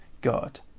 God